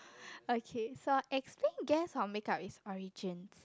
okay so explain guess or make up it's origins